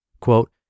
Quote